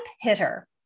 hitter